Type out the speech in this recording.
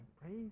praise